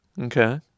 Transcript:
Okay